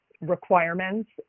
requirements